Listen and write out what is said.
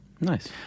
Nice